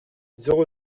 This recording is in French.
zéro